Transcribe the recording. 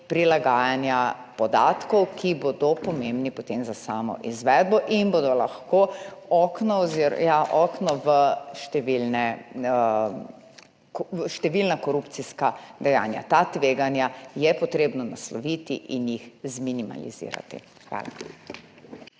prilagajanja podatkov, ki bodo pomembni potem za samo izvedbo in bodo lahko okno v številna korupcijska dejanja. Ta tveganja je potrebno nasloviti in jih minimalizirati. Hvala.